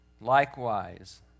likewise